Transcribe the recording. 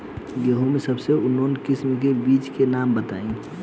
गेहूं के सबसे उन्नत किस्म के बिज के नाम बताई?